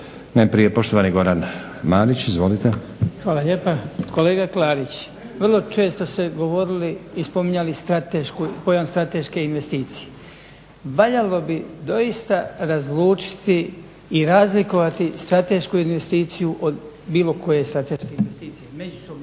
Najprije poštovani Goran Marić, izvolite. **Marić, Goran (HDZ)** Hvala lijepa. Kolega Klarić, vrlo često ste govorili i spominjali pojam strateške investicije. Valjalo bi doista razlučiti i razlikovati stratešku investiciju od bilo koje strateške investicije, međusobno